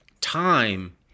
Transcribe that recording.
time